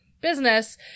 business